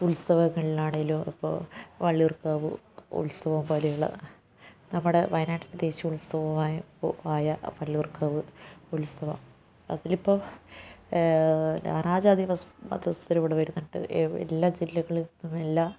ഉത്സവങ്ങളില് ആണേലും അപ്പോൾ വള്ളിയൂർക്കാവ് ഉത്സവം പോലെയുള്ള നമ്മുടെ വയനാടിന്റെ ദേശിയ ഉത്സവമായ ആയ വള്ളിയൂർക്കാവ് ഉത്സവം അതിലിപ്പോൾ നാനാ ജാതി മതസ്ഥരും ഇവിടെ വരുന്നുണ്ട് എല്ലാ ജില്ലകളിൽ നിന്നെല്ലാം